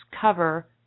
cover